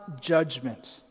judgment